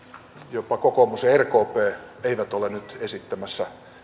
jopa kokoomus ja rkp eivät ole nyt esittämässä